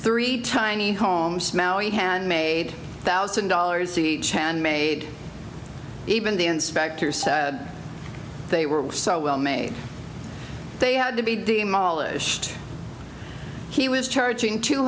three tiny home smell he had made thousand dollars each and made even the inspector they were so well made they had to be demolished he was charging two